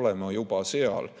olla juba seal,